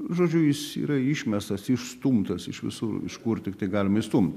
žodžiu jis yra išmestas išstumtas iš visur iš kur tiktai galima išstumt